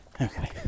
Okay